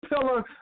pillar